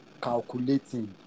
calculating